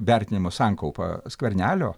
vertinimų sankaupa skvernelio